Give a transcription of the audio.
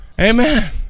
amen